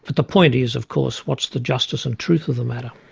but the point is of course what's the justice and truth of the matter?